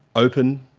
open,